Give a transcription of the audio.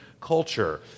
culture